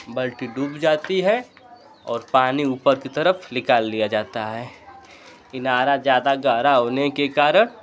बाल्टी डूब जाती है और पानी ऊपर की तरफ निकाल लिया जाता है इनार ज़्यादा गहरा होने के कारण